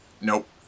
Nope